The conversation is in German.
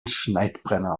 schneidbrenner